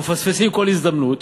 אנחנו מפספסים כל הזדמנות,